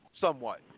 somewhat